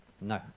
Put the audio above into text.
No